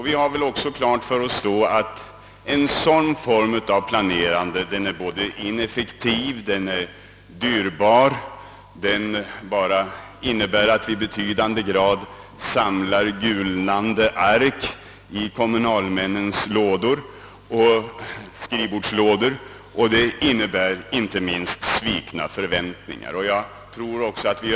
Vi bör också ha klart för oss att en sådan form av planering är både ineffektiv och dyrbar och innebär att det i betydande utsträckning samlas gulnande ark i kommunalmännens skrivbordslådor och uppkommer svikna förväntningar.